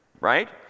right